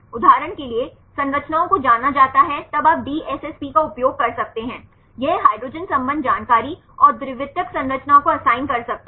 उदाहरण के लिए संरचनाओं को जाना जाता है तब आप DSSP का उपयोग कर सकते हैं यह हाइड्रोजन संबंध जानकारी और द्वितीयक संरचनाओं को असाइन कर सकता है